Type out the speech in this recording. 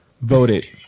Voted